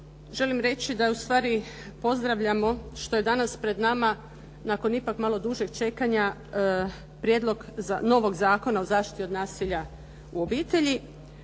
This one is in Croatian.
želim reći da ustvari pozdravljamo što je danas pred nama nakon ipak malo dužeg čekanja prijedlog novog Zakona o zaštiti od nasilja u obitelji.